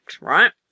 right